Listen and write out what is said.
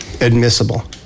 Admissible